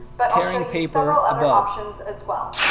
but i'll show you several other options as well.